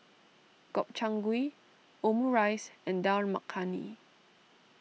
Gobchang Gui Omurice and Dal Makhani